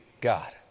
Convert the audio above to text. God